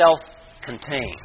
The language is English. self-contained